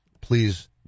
please